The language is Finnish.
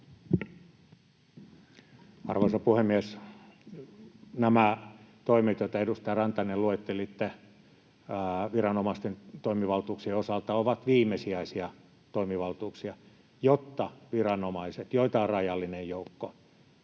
Arvoisa puhemies! Nämä, joita, edustaja Rantanen, luettelitte viranomaisten toimivaltuuksien osalta, ovat viimesijaisia toimivaltuuksia, jotta viranomaiset, joita on rajallinen joukko